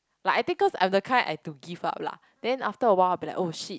like I think cause I'm the kind I have to give up lah then after a while I'll be like oh shit